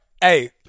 Hey